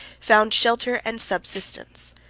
found shelter and subsistence